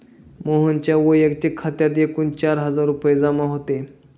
मोहनच्या वैयक्तिक खात्यात एकूण चार हजार रुपये जमा होते